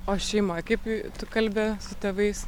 o šeima kaip tu kalbi su tėvais